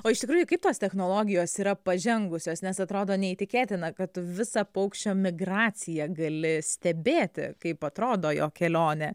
o iš tikrųjų kaip tos technologijos yra pažengusios nes atrodo neįtikėtina kad visą paukščio migraciją gali stebėti kaip atrodo jo kelionė